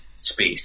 Space